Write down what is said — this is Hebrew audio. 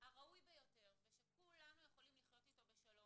הראוי ביותר ושכולנו יכולים לחיות איתו בשלום.